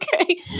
Okay